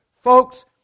Folks